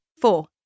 Four